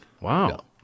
Wow